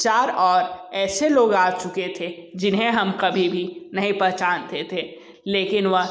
चार और ऐसे लोग आ चुके थे जिन्हें हम कभी भी नहीं पहचानते थे लेकिन वह